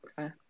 Okay